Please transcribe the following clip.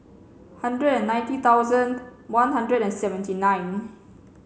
hundred and ninety thousand one hundred and seventy nine